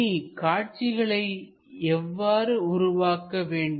இனி காட்சிகளை எவ்வாறு உருவாக்க வேண்டும்